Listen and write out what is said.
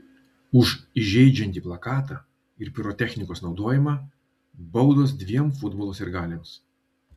už įžeidžiantį plakatą ir pirotechnikos naudojimą baudos dviem futbolo sirgaliams